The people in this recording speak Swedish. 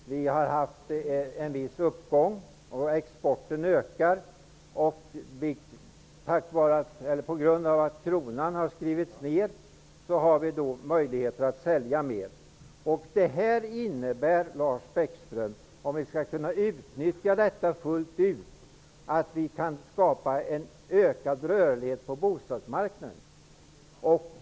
Det har varit en viss uppgång i ekonomin, och exporten ökar. På grund av att kronan har skrivits ner har vi möjlighet att sälja mer. Om vi kan utnyttja det fullt ut, innebär det, Lars Bäckström, att vi kan skapa en ökad rörlighet på bostadsmarknaden.